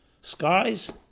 skies